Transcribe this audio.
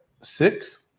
six